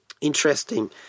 interesting